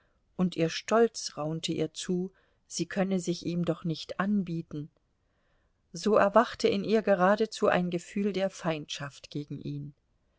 und ihr stolz raunte ihr zu sie könne sich ihm doch nicht anbieten so erwachte in ihr geradezu ein gefühl der feindschaft gegen ihn